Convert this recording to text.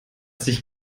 sich